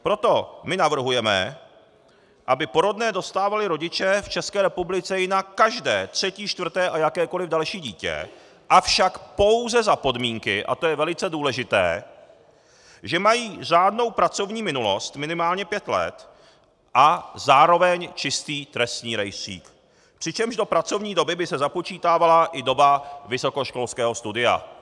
Proto my navrhujeme, aby porodné dostávali rodiče v České republice i na každé třetí, čtvrté a jakékoliv další dítě, avšak pouze za podmínky, a to je velice důležité, že mají řádnou pracovní minulost, minimálně pět let, a zároveň čistý trestní rejstřík, přičemž do pracovní doby by se započítávala i doba vysokoškolského studia.